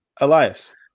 Elias